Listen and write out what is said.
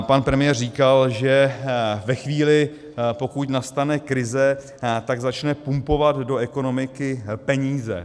Pan premiér říkal, že ve chvíli, pokud nastane krize, tak začne pumpovat do ekonomiky peníze.